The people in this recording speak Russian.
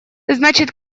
значит